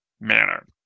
manner